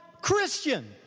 Christian